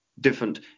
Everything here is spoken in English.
different